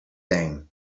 thing